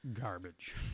garbage